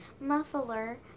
muffler